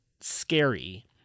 scary